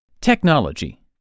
Technology